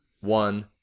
one